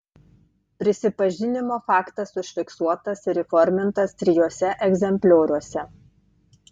prisipažinimo faktas užfiksuotas ir įformintas trijuose egzemplioriuose